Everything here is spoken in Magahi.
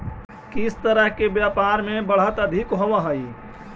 किस तरह के व्यापार में बढ़त अधिक होवअ हई